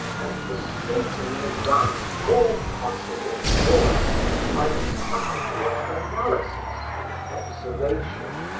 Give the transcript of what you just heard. and frustrating in advance all possible joy by his faculty of analysis and observation.